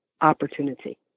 opportunity